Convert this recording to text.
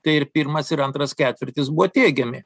tai ir pirmas ir antras ketvirtis buvo teigiami